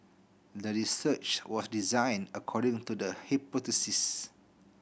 the research was designed according to the hypothesis